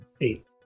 Eight